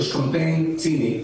יש קמפיין ציני,